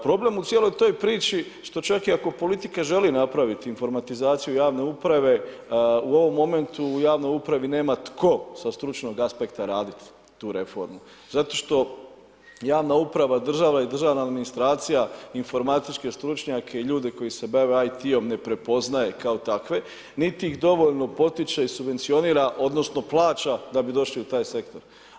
Problem u cijeloj toj priči što čak i ako politika želi napraviti informatizaciju javne uprave u ovom momentu u javnoj upravi nema tko sa stručnog aspekta raditi tu reformu, zato što javna uprava, država i državna administracija, informatičke stručnjake i ljude koji se bave IT-om ne prepoznaje kao takve niti ih dovoljno potiče i subvencionira odnosno plaća da bi došli u taj sektor.